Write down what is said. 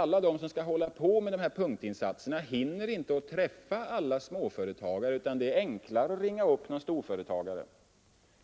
Alla de som skall göra dessa punktinsatser hinner inte träffa alla småföretagare. Det är enklare att ringa upp en storföretagare.